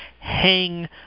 hang